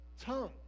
tongue